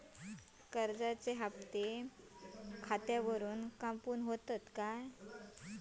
कर्जाचे हप्ते खातावरून कापून जातत काय?